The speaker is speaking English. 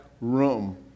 room